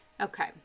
okay